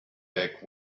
back